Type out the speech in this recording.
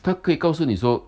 它可以告诉你说